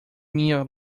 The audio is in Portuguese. minha